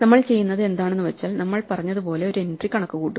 നമ്മൾ ചെയ്യുന്നത് എന്താണെന്നു വച്ചാൽ നമ്മൾ പറഞ്ഞതുപോലെ ഒരു എൻട്രി കണക്കുകൂട്ടുക